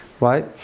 right